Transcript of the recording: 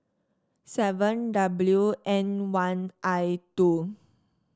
seven W N one I two